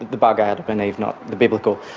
the bug adam and eve, not the biblical.